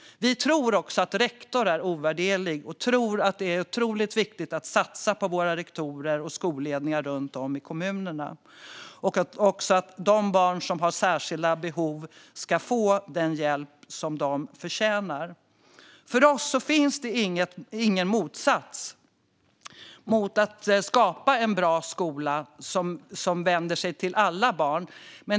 Vi tror också att rektor är ovärderlig, och vi tror att det är otroligt viktigt att satsa på våra rektorer och skolledningar runt om i kommunerna och att de barn som har särskilda behov ska få den hjälp som de förtjänar. För oss finns det ingen motsats till att skapa en bra skola som vänder sig till alla barn.